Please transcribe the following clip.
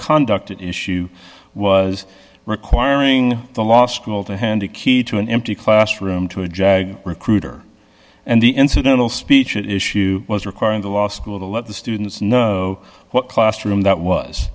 conduct at issue was requiring the law school to hand a key to an empty classroom to a jag recruiter and the incidental speech issue was requiring the law school to let the students know what classroom that was